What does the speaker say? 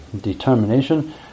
determination